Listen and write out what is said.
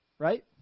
Right